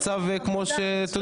אנחנו מדברים על מצב כמו את יודעת.